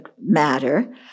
matter